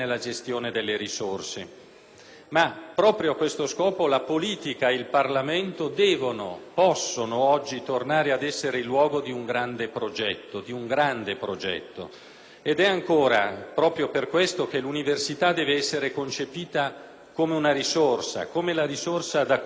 ma proprio a questo scopo la politica e il Parlamento devono e possono oggi tornare ad essere il luogo di un grande progetto ed è ancora proprio per questo che l'università deve essere concepita come la risorsa da cui attingere idee.